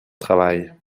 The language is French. travail